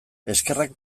eskerrak